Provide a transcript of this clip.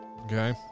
Okay